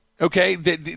Okay